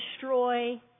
destroy